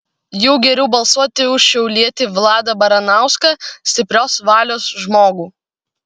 jau geriau balsuoti už šiaulietį vladą baranauską stiprios valios žmogų